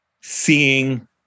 seeing